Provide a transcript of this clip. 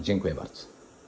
Dziękuję bardzo.